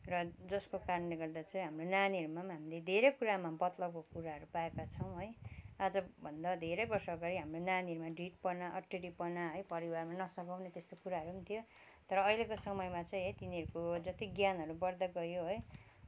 र जसको कारणले गर्दा चाहिँ हाम्रो नानीहरूमा पनि हामीले धेरै कुरामा बदलावको कुराहरू पाएका छौँ है आजभन्दा धेरै वर्ष अगाडि हाम्रो नानीहरूमा ढिँडपना अटेरपना है परिवारमा नसघाउने त्यसतो कुराहरू पनि थियो तर अहिलोको समयमा चाहिँ है तिनीहरूको जति ज्ञानहरू बढदै गयो है